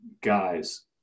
guys